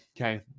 okay